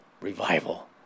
revival